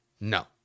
No